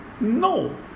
No